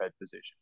position